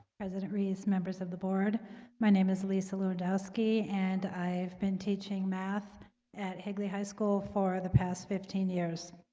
president reese members of the board my name is lisa lewandowski, and i've been teaching math at higley high school for the past fifteen years